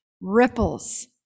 Ripples